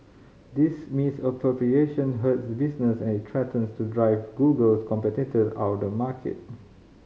this misappropriation hurts business and it threatens to drive Google's competitor out the market